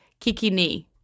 kikini